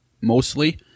mostly